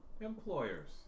employers